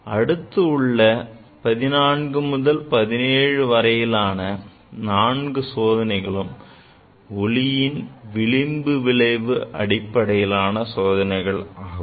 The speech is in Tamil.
அடுத்து உள்ள 14 முதல் 17 வரையிலான நான்கு சோதனைகளும் ஒளியின் விளிம்பு விளைவு அடிப்படையிலான சோதனைகள் ஆகும்